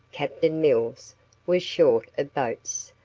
captain mills was short of boats,